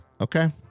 Okay